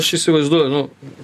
aš įsivaizduoju nu